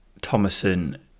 Thomason